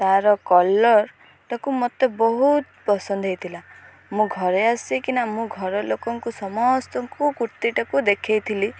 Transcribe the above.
ତାର କଲର୍ଟାକୁ ମୋତେ ବହୁତ ପସନ୍ଦ ହେଇଥିଲା ମୁଁ ଘରେ ଆସିକିନା ମୁଁ ଘର ଲୋକଙ୍କୁ ସମସ୍ତଙ୍କୁ କୁର୍ତ୍ତୀଟାକୁ ଦେଖାଇ ଥିଲି